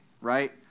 right